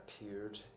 appeared